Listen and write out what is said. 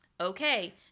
okay